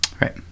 Right